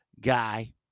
Guy